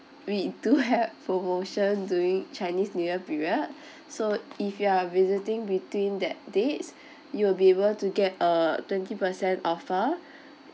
we do have promotion during chinese new year period so if you're visiting between that dates you will be able to get a twenty percent offer